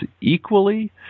equally